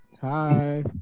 Hi